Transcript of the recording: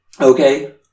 Okay